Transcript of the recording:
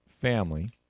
family